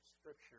Scripture